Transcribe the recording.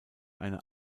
eine